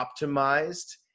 optimized